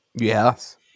Yes